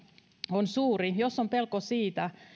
on suuri jos on pelko siitä